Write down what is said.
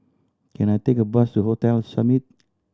can I take a bus to Hotel Summit